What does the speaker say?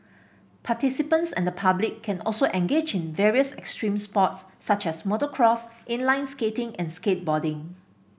participants and the public can also engage in various extreme sports such as motocross inline skating and skateboarding